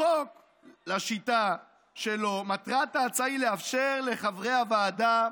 לשיטה שלו, "מטרת ההצעה היא לאפשר לחברי הוועדה,